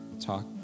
talk